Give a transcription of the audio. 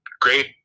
great